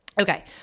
Okay